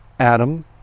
Adam